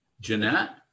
Jeanette